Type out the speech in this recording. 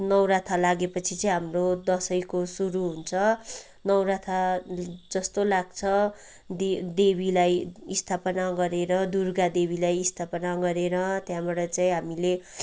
नौरथा लागेपछि चाहिँ हाम्रो दसैँको सुरु हुन्छ नौरथा जस्तो लाग्छ दे देवीलाई स्थापना गरेर दुर्गा देवीलाई स्थापना गरेर त्यहाँबाट चाहिँ हामीले